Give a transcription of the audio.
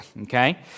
okay